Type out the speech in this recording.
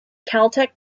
caltech